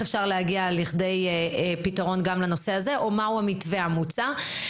אפשר להגיע לכדי פתרון גם לנושא הזה או מה הוא המתווה המוצע.